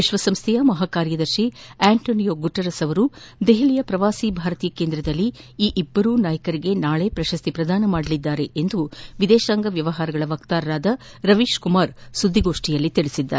ವಿಶ್ವಸಂಸ್ವೆಯ ಮಹಾಕಾರ್ಯದರ್ಶಿ Antonio Guterres ಅವರು ದೆಪಲಿಯ ಪ್ರವಾಸಿ ಭಾರತೀಯ ಕೇಂದ್ರದಲ್ಲಿ ಇಬ್ಬರೂ ನಾಯಕರಿಗೆ ನಾಳೆ ಪ್ರಶಸ್ತಿ ಪ್ರದಾನ ಮಾಡಲಿದ್ದಾರೆ ಎಂದು ವಿದೇಶಾಂಗ ವ್ಯವಹಾರಗಳ ವಕ್ತಾರ ರವೀಶ್ ಕುಮಾರ್ ಸುದ್ದಿಗೋಷ್ಟಿಯಲ್ಲಿ ತಿಳಿಸಿದ್ದಾರೆ